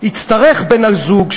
יצטרך בן-הזוג,